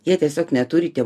jie tiesiog neturi tie